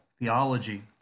theology